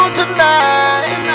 tonight